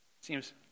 Seems